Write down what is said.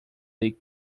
they